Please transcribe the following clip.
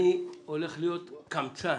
אני הולך להיות קמצן,